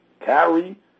carry